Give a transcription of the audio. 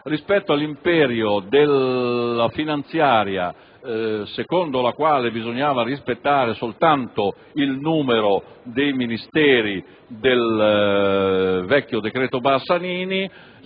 Rispetto all'imperio della finanziaria, secondo cui bisognava rispettare soltanto il numero dei Ministeri indicati nel vecchio decreto legislativo